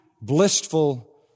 blissful